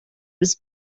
روز